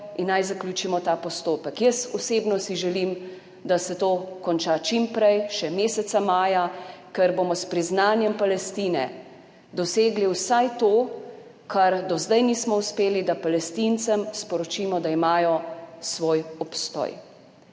in naj zaključimo ta postopek. Jaz osebno si želim, da se to konča čim prej, še meseca maja, ker bomo s priznanjem Palestine dosegli vsaj to, česar do zdaj nismo uspeli – da Palestincem sporočimo, da imajo svoj obstoj.